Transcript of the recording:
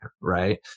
Right